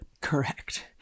Correct